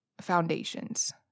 foundations